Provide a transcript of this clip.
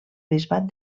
bisbat